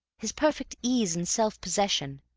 his perfect ease and self-possession.